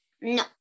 No